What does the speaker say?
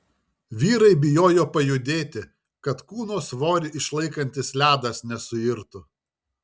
vyrai bijojo pajudėti kad kūno svorį išlaikantis ledas nesuirtų